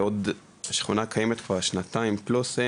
השכונה קיימת כבר שנתיים פלוס,